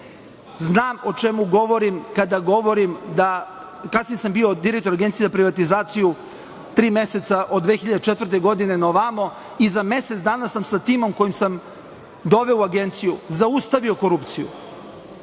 Znam o čemu govorim kada govorim. Kasnije sam bio direktor Agencije za privatizaciju, tri meseca od 2004. godine na ovamo i za mesec dana sam sa timom koji sam doveo u Agenciji zaustavio korupciju.